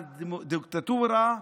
על דיקטטורה,